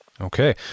Okay